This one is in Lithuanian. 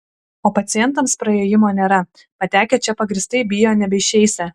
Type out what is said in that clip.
o pacientams praėjimo nėra patekę čia pagrįstai bijo nebeišeisią